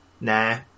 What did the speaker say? Nah